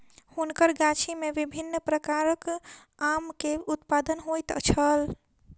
हुनकर गाछी में विभिन्न प्रकारक आम के उत्पादन होइत छल